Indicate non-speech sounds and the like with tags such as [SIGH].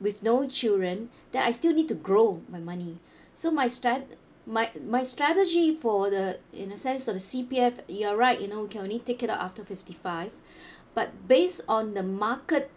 with no children then I still need to grow my money so my stra~ my my strategy for the in the sense of the C_P_F you're right you know you can only take it out after fifty five [BREATH] but based on the market